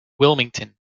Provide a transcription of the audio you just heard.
wilmington